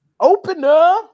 opener